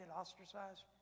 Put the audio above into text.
ostracized